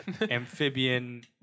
amphibian